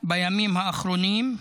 בימים האחרונים,